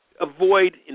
avoid